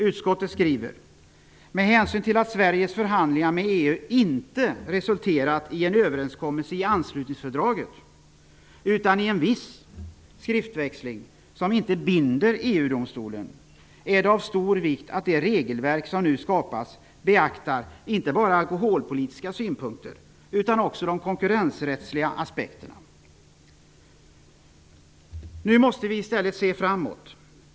Utskottet skriver: ''Med hänsyn till att Sveriges förhandlingar med EU inte resulterat i en överenskommelse i anslutningsfördraget utan i en viss skriftväxling, som inte binder EU-domstolen, är det av stor vikt att det regelverk som nu skapas, beaktar inte bara alkoholpolitiska synpunkter utan också de konkurrensrättsliga aspekterna.'' Nu måste vi i stället se framåt.